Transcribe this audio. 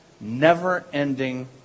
never-ending